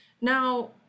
Now